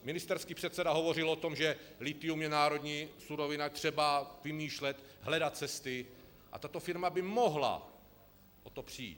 Ministerský předseda hovořil o tom, že lithium je národní surovina, je třeba vymýšlet, hledat cesty, a tato firma by mohla o to přijít.